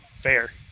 fair